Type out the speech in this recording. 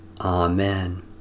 Amen